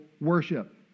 worship